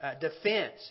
defense